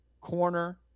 corner